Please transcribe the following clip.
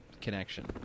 connection